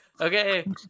Okay